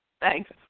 Thanks